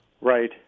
Right